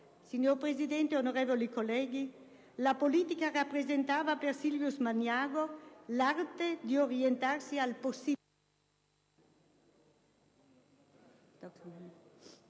Signor Presidente, onorevoli colleghi, la politica rappresentava per Silvius Magnago l'arte di orientarsi al possibile